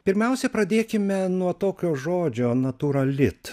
pirmiausia pradėkime nuo tokio žodžio natūralit